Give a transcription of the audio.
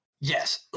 Yes